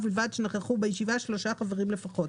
ובלבד שנכחו בישיבה שלושה חברים לפחות.